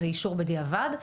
זה אישור בדיעבד.